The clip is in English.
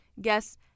guests